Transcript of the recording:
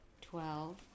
twelve